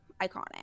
Iconic